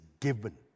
given